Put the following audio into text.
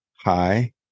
Hi